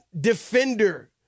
defender